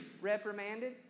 reprimanded